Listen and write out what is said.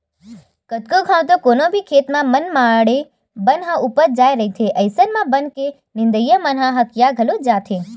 कतको घांव तो कोनो भी खेत म मनमाड़े बन ह उपज जाय रहिथे अइसन म बन के नींदइया मन ह हकिया घलो जाथे